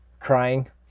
crying